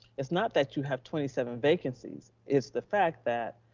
it's not that you have twenty seven vacancies. it's the fact that